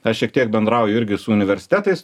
aš šiek tiek bendrauju irgi su universitetais